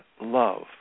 love